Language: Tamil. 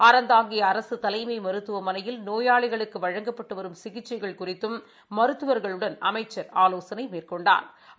அறந்தாங்கி அரசு தலைமை மருத்துவமனையில் நோயாளிகளுக்கு வழங்கப்பட்டு வரும் சிகிச்சைகள் குறித்தும் மருத்துவர்களுடன் அமைச்சா் ஆலோசனை மேற்கொண்டாா்